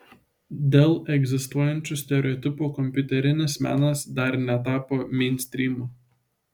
dėl egzistuojančių stereotipų kompiuterinis menas dar netapo meinstrymu